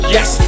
Yes